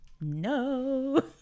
No